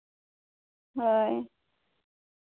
ᱦᱳᱭ